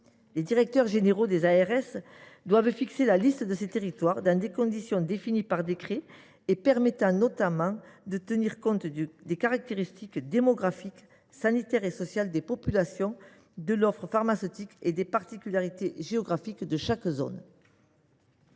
des agences régionales de santé doivent dresser la liste de ces territoires. Mené dans des conditions définies par décret, ce travail doit notamment tenir compte des caractéristiques démographiques, sanitaires et sociales des populations, de l’offre pharmaceutique et des particularités géographiques de chaque zone.